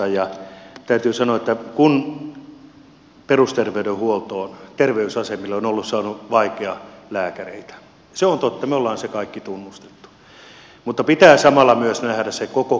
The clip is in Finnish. täytyy sanoa että kun perusterveydenhuoltoon terveysasemille on ollut vaikea saada lääkäreitä se on totta me olemme sen kaikki tunnustaneet mutta pitää samalla myös nähdä se koko kokonaisuus